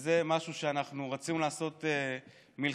וזה משהו שאנחנו רצינו לעשות מלכתחילה,